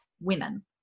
women